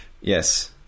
Yes